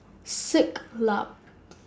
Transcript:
Siglap